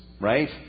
right